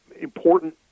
important